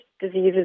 diseases